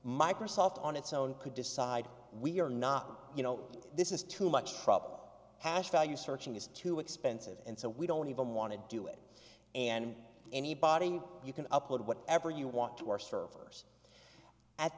microsoft on its own could decide we're not you know this is too much trouble hash value searching is too expensive and so we don't even want to do it and anybody you can upload whatever you want to our servers at